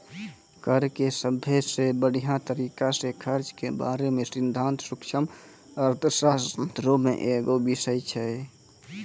कर के सभ्भे से बढ़िया तरिका से खर्च के बारे मे सिद्धांत सूक्ष्म अर्थशास्त्रो मे एगो बिषय छै